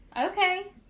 Okay